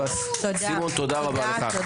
סימון, תודה רבה לך.